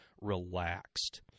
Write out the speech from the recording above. relaxed